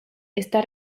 está